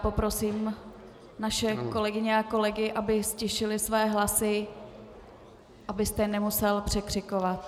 Poprosím naše kolegyně a kolegy, aby ztišili své hlasy, abyste je nemusel překřikovat.